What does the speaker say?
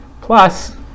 plus